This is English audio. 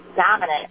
dominant